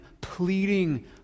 pleading